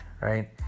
Right